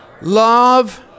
love